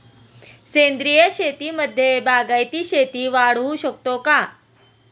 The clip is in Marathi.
सेंद्रिय शेतीमध्ये बागायती शेती वाढवू शकतो का?